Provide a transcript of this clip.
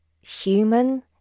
human